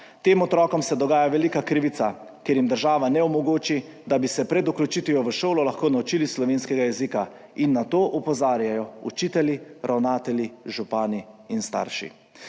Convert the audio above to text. Tem otrokom se dogaja velika krivica, ker jim država ne omogoči, da bi se pred vključitvijo v šolo lahko naučili slovenskega jezika. Na to opozarjajo učitelji, ravnatelji, župani in starši.